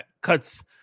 Cuts